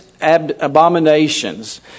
abominations